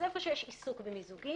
אז איפה שיש עיסוק במיזוגים,